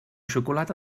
xocolata